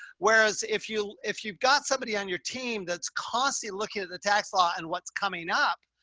whereas if you, if you've got somebody on your team, that's constantly looking at the tax law and what's coming up,